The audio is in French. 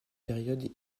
période